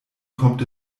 kommt